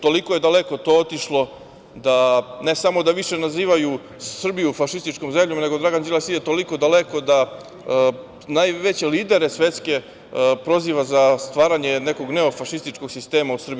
Toliko je daleko to otišlo da ne samo da više nazivaju Srbiju fašističkom zemljom, nego Dragan Đilas ide toliko daleko da najveće lidere svetske proziva za stvaranje nekog neofašističkog sistema u Srbiji.